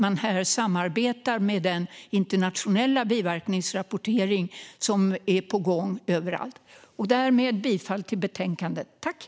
Man behöver också samarbeta med den internationella biverkningsrapportering som är på gång överallt. Därmed yrkar jag bifall till förslaget i betänkandet.